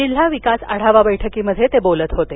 जिल्हा विकास आढावा बैठकीत ते बोलत होते